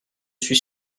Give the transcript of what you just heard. suis